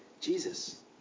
Jesus